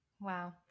wow